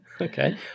Okay